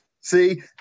See